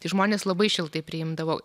tai žmonės labai šiltai priimdavo